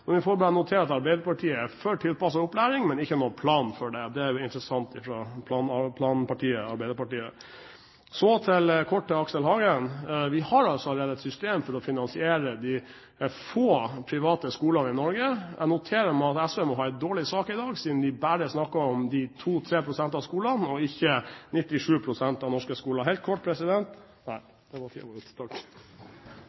Vi får bare notere oss at Arbeiderpartiet er for tilpasset opplæring, men ikke for noen plan for det. Det er jo interessant fra planpartiet Arbeiderpartiet. Så kort til Aksel Hagen: Vi har allerede et system for å finansiere de få private skolene i Norge. Jeg noterer meg at SV må ha en dårlig sak i dag, siden de bare snakker om de 2–3 pst. av skolene og ikke 97 pst. av norske skoler. Helt kort, president – nei